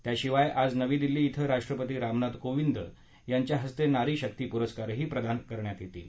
त्याशिवाय आज आज नवी दिल्ली िंग राष्ट्रपती रामनाथ कोवींद यांच्या हस्ते नारी शक्ती पुरस्कारही प्रदान करण्यात येतील